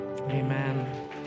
amen